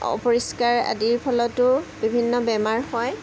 অপৰিষ্কাৰ আদিৰ ফলতো বিভিন্ন বেমাৰ হয়